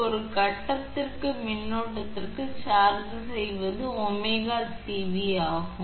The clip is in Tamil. ஒரு கட்டத்திற்கு மின்னோட்டத்தை சார்ஜ் செய்வது 𝜔𝐶𝑉 ஆகும்